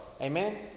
amen